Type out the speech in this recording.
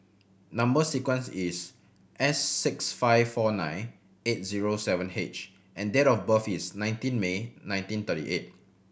number sequence is S six five four nine eight zero seven H and date of birth is nineteen May nineteen thirty eight